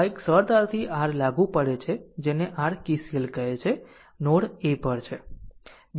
આ એક સરળતાથી r લાગુ પડે છે જેને r KCL કહે છે નોડ a પર છે